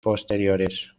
posteriores